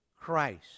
Christ